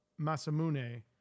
Masamune